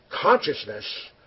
consciousness